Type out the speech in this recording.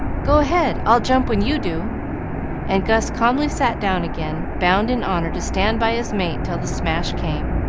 go ahead. i'll jump when you do and gus calmly sat down again, bound in honor to stand by his mate till the smash came,